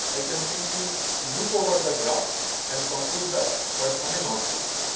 i can simply loop over the graph and compute the corresponding outputs.